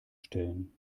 stellen